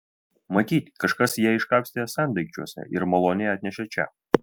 matyt kažkas ją iškapstė sendaikčiuose ir maloniai atnešė čia